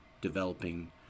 developing